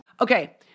Okay